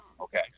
Okay